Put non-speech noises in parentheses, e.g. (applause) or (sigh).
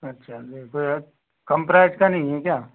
अच्छा (unintelligible) कम प्राइस का नहीं है क्या